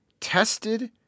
tested